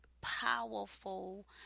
powerful